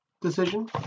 decision